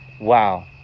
wow